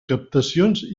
captacions